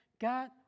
God